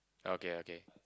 okay okay